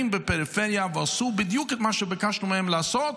בפריפריה ועשו בדיוק את מה שביקשנו מהם לעשות,